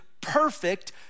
perfect